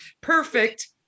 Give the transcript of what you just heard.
Perfect